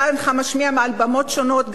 שאותה הינך משמיע מעל במות שונות,